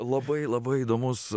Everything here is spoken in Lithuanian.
labai labai įdomus